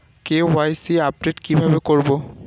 KYC update কি ভাবে করবো?